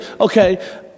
okay